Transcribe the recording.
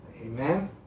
Amen